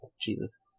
Jesus